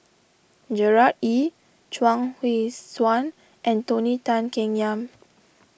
Gerard Ee Chuang Hui Tsuan and Tony Tan Keng Yam